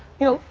you know,